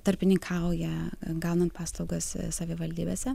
tarpininkauja gaunant paslaugas savivaldybėse